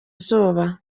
izuba